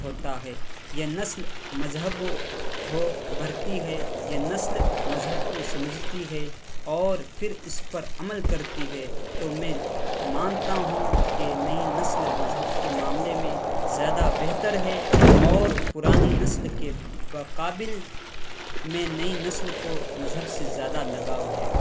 ہوتا ہے یہ نسل مذہب ہو پڑھتی ہے یہ نسل مذہب کو سمجھتی ہے اور پھر اس پر عمل کرتی ہے تو میں مانتا ہوں کہ نئی نسل مذہب کے معاملے میں زیادہ بہتر ہے اور پرانی نسل کے مقابل میں نئی نسل کو مذہب سے زیادہ لگاؤ ہے